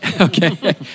Okay